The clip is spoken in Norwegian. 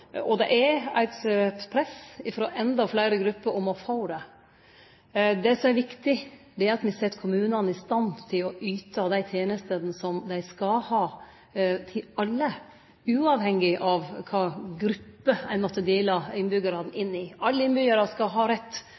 viktig, er at me set kommunane i stand til å yte dei tenestene dei skal ha, til alle, uavhengig av kva gruppe ein måtte dele innbyggjarane inn i. Alle innbyggjarane skal ha rett